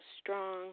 strong